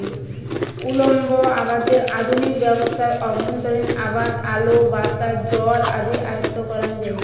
উল্লম্ব আবাদের আধুনিক ব্যবস্থাত অভ্যন্তরীণ আবাদ আলো, বাতাস, জল আদি আয়ত্ব করাং যাই